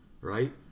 right